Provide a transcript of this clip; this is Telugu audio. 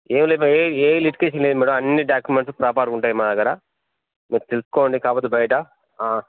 ఏ వేరిఫైయి ఏ వెరిఫికేషన్ లేదు మేడం అన్ని డాక్యుమెంట్స్ ప్రాపర్గా ఉంటాయి మా దగ్గర మీరు తెలుసుకోండి కాకపోతే బయట